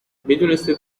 میدونستید